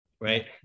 right